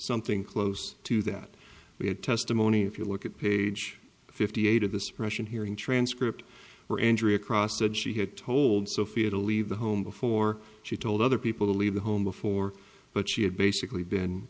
something close to that we had testimony if you look at page fifty eight of the suppression hearing transcript for andrea cross said she had told sophia to leave the home before she told other people to leave the home before but she had basically been